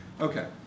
Okay